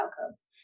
outcomes